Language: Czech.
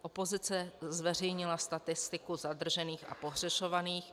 Opozice zveřejnila statistiku zadržených a pohřešovaných.